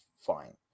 fine